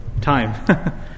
Time